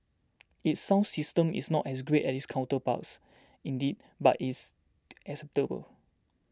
its sound system is not as great as its counterparts indeed but is is